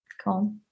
Cool